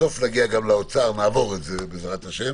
בסוף נגיע גם לאוצר, נעבור את זה בעזרת השם